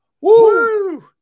Woo